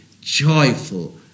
joyful